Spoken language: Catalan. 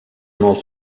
molt